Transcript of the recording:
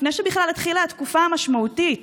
לפני שבכלל התחילה התקופה המשמעותית